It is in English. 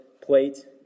plate